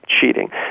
cheating